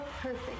perfect